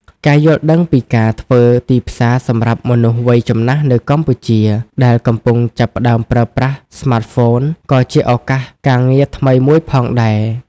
ការយល់ដឹងពីការធ្វើទីផ្សារសម្រាប់មនុស្សវ័យចំណាស់នៅកម្ពុជា ដែលកំពុងចាប់ផ្តើមប្រើប្រាស់ស្មាតហ្វូន ក៏ជាឱកាសការងារថ្មីមួយផងដែរ។